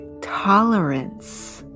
tolerance